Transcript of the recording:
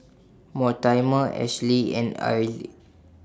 Mortimer Ashley and Arely